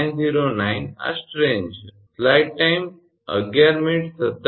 000909 આ સ્ટ્રેન છે